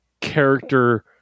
character